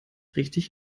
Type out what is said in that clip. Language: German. richtig